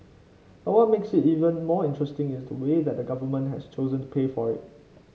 but what makes it even more interesting is the way the Government has chosen to pay for it